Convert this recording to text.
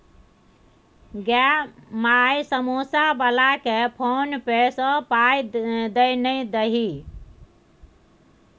गै माय समौसा बलाकेँ फोने पे सँ पाय दए ना दही